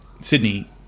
Sydney